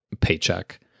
paycheck